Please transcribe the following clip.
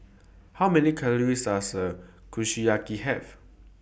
How Many Calories Does A Kushiyaki Have